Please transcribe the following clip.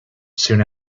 soon